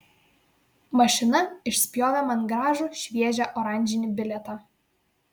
mašina išspjovė man gražų šviežią oranžinį bilietą